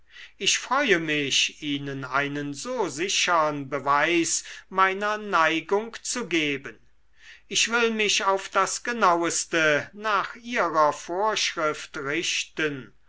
ich freue mich ihnen einen so sichern beweis meiner neigung zu geben ich will mich auf das genaueste nach ihrer vorschrift richten